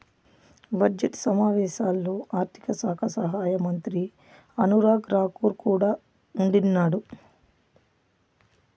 budget సమావేశాల్లో ఆర్థిక శాఖ సహాయమంత్రి అనురాగ్ రాకూర్ కూడా ఉండిన్నాడు